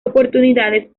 oportunidades